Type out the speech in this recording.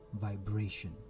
vibration